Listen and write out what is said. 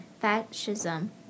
fascism